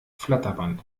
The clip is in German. flatterband